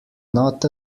not